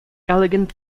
elegant